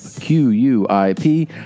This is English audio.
Q-U-I-P